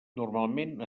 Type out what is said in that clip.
normalment